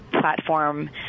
platform